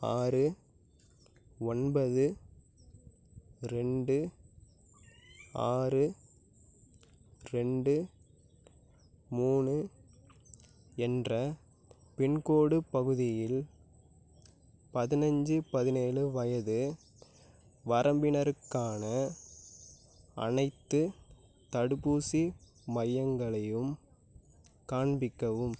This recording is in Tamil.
ஆறு ஒன்பது ரெண்டு ஆறு ரெண்டு மூணு என்ற பின்கோடு பகுதியில் பதினைஞ்சு பதினேழு வயது வரம்பினருக்கான அனைத்துத் தடுப்பூசி மையங்களையும் காண்பிக்கவும்